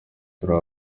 turi